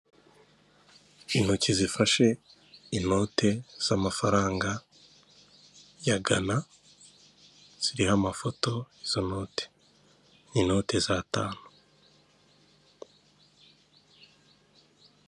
Intoki zifashe inote z'amafaranga ya Gana, ziriho amafoto izo note, ni inote za tanu.